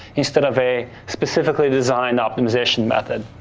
instead of a specifically designed optimization method?